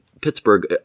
Pittsburgh